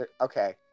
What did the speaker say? okay